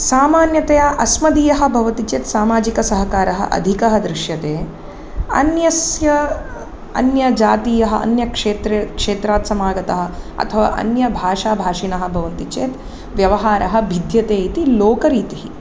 सामान्यतया अस्मदीयः भवति चेत् सामाजिकसहकारः अधिकः दृश्यते अन्यस्य अन्यजातीयः अन्यक्षेत्रे क्षेत्रात् समागता अथवा अन्यभाषाभाषिणः भवन्ति चेत् व्यवहारः भिद्यते इति लोकरीतिः